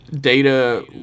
Data